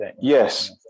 yes